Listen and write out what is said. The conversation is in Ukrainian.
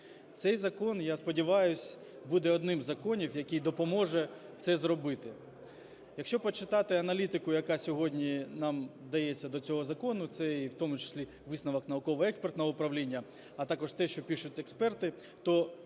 Цей закон, я сподіваюсь, буде одним з законів, який допоможе це зробити. Якщо почитати аналітику, яка сьогодні нам дається до цього закону, це і в тому числі висновок Науково-експертного управління, а також те, що пишуть експерти, то,